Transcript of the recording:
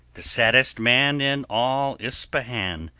the saddest man in all ispahan,